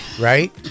right